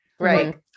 Right